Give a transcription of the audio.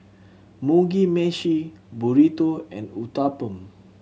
Mugi Meshi Burrito and Uthapam